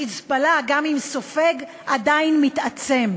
"חיזבאללה", גם אם סופג, עדיין מתעצם.